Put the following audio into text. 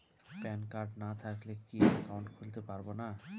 Pan card না থাকলে কি একাউন্ট খুলতে পারবো না?